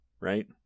Right